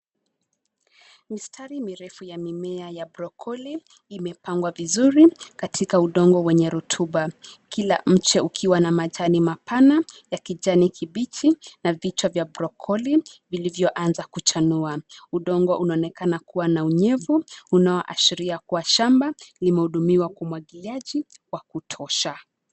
Mistari mirefu ya mimea ya brokoli imepangwa vizuri katika udongo wenye rotuba. Kila mche ukiwa na majani mapana ya kijani kibichi na vichwa vya brokoli ilivyoanza kuchanua. Udongo unonekana kuwa na unyevu, unaoashria kua shamba, limehudumiwa kwa umwagiliaji wa kutosha.